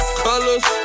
colors